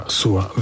sua